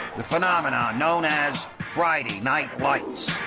the phenomenon known as friday night lights.